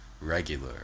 regular